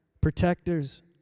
protectors